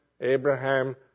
Abraham